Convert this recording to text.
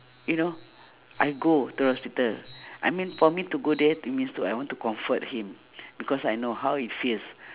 you know I go to hospital I mean for me to go there it means to I want to comfort him because I know how it feels